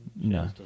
No